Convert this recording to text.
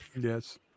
Yes